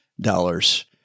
dollars